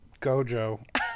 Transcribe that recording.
gojo